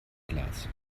glas